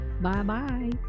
Bye-bye